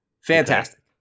Fantastic